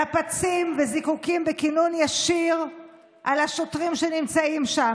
נפצים וזיקוקים בכינון ישיר על השוטרים שנמצאים שם.